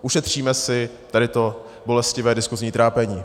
Ušetříme si tady to bolestivé diskuzní trápení.